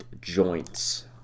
joints